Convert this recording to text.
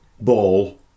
ball